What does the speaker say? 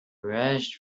rushed